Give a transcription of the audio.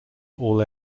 all